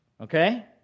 Okay